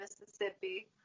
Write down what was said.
Mississippi